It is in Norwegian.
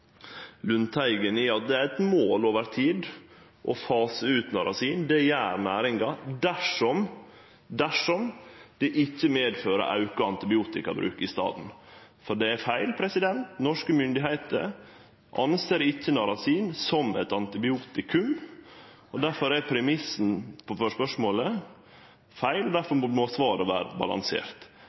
Lundteigen i at det er eit mål over tid å fase ut narasin – det gjer næringa – dersom det ikkje medfører auka antibiotikabruk i staden. Norske myndigheiter ser ikkje på narasin som eit antibiotikum, og difor er premissen for spørsmålet feil. Difor må òg svaret vere balansert.